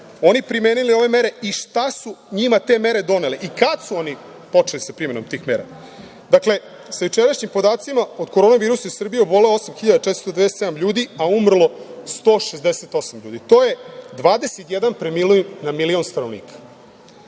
oni primenili ove mere i šta su njima te mere donele i kada su oni počeli sa primenom tih mera? Dakle, sa jučerašnjim podacima od Koronavirusu u Srbiji je obolelo 8.497 ljudi, a umrlo 168 ljudi. To je 21 preminuli na milion stanovnika.